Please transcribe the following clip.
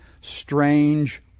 strange